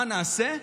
מה נעשה?